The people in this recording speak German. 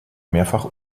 mehrfach